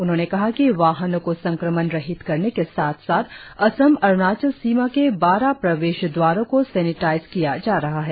उन्होंने कहा कि वाहनों को संक्रमण रहित करने के साथ साथ असम अरुणाचल सीमा के बारह प्रवेश द्वारों को सेनिटाइज किया जा रहा है